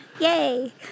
Yay